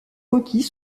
requis